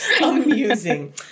Amusing